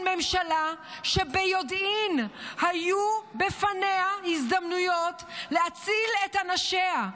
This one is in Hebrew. ממשלה שביודעין היו בפניה הזדמנויות להציל את אנשיה,